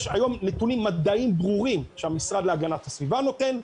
יש היום נתונים מדעיים ברורים שהמשרד להגנת הסביבה נותן,